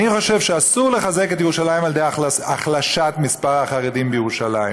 אני חושב שאסור לחזק את ירושלים על ידי הקטנת מספר החרדים בירושלים.